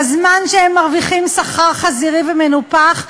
בזמן שהם מרוויחים שכר חזירי ומנופח.